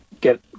get